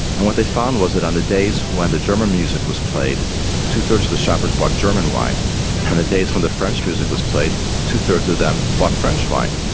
and what they found was that on the days when the german music was played two thirds of the shoppers bought german wine and on the days when the french music was played two thirds of them bought french wine.